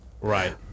Right